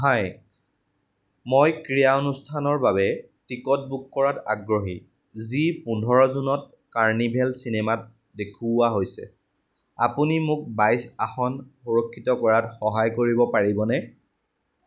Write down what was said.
হাই মই ক্ৰীড়া অনুষ্ঠানৰ বাবে টিকট বুক কৰাত আগ্ৰহী যি পোন্ধৰ জুনত কাৰ্নিভেল চিনেমাত দেখুওৱা হৈছে আপুনি মোক বাইছ আসন সুৰক্ষিত কৰাত সহায় কৰিব পাৰিবনে